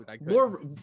more